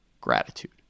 gratitude